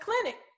clinic